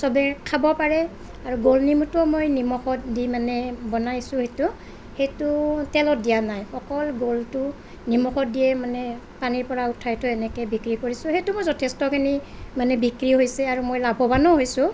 চবে খাব পাৰে আৰু গোল নেমুটো মই নিমখত দি মানে বনাইছোঁ সেইটো সেইটো তেলত দিয়া নাই অকল গোলটো নিমখত দিয়েই মানে পানীৰ পৰা উঠাইতো এনেকে বিক্ৰী কৰিছোঁ সেইটো মোৰ যথেষ্টখিনি মানে বিক্ৰী হৈছে আৰু মই লাভৱানো হৈছোঁ